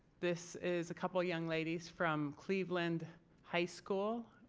this is a couple of young ladies from cleveland high school.